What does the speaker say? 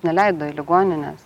neleido į ligonines